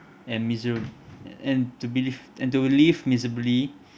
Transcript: and miser~ and to be lived and to live miserably